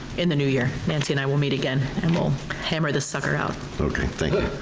in the new year. nancy and i will meet again and we'll hammer this sucker out okay, thank